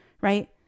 right